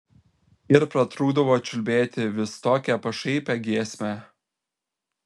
ir pratrūkdavo čiulbėti vis tokią pašaipią giesmę